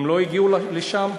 הם לא הגיעו לשם.